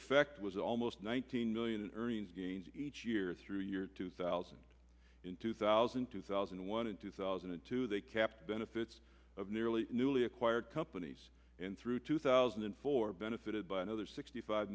effect was almost one thousand million earnings gains each year through year two thousand in two thousand two thousand and one in two thousand and two they capped benefits of nearly newly acquired companies through two thousand and four benefited by another sixty five